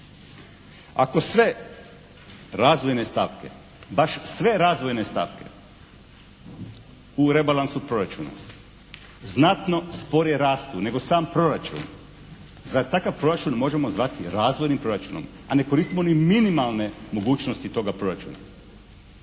baš sve razvojne stavke u rebalansu proračuna znatno sporije rastu nego sam proračun zar takav proračun možemo zvati razvojnim proračunom, a ne koristimo ni minimalne mogućnosti toga proračuna.